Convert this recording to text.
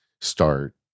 start